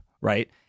right